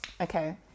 Okay